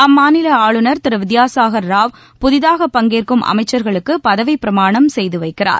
அம்மாநில ஆஞூன் திரு வித்யாசாகர் ராவ் புதிதாக பங்கேற்கும் அமைச்சர்களுக்கு பதவிபிரமாணம் செய்து வைக்கிறார்